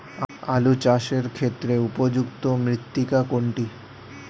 আলু চাষের ক্ষেত্রে উপযুক্ত মৃত্তিকা কোনটি?